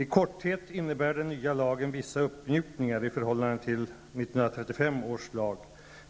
I korthet innebär den nya lagen vissa uppmjukningar i förhållande till 1935 års lag,